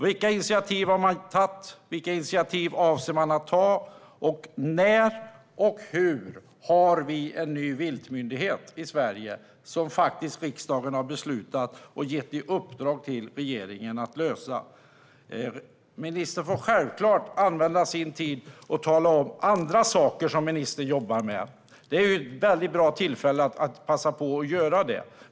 Vilka initiativ har man tagit, vilka initiativ avser man att ta och när och hur har vi en ny viltmyndighet i Sverige? Det sistnämnda har riksdagen faktiskt beslutat om och gett regeringen i uppdrag att lösa. Ministern får självklart använda sin tid till att tala om andra saker som han jobbar med - det är ett väldigt bra tillfälle att passa på att göra det.